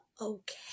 okay